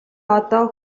одоо